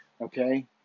okay